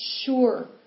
sure